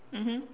mmhmm